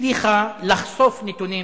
שהצליחה לחשוף נתונים